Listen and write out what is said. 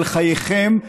על חייכם,